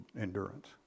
endurance